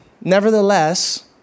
Nevertheless